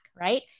Right